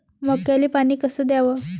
मक्याले पानी कस द्याव?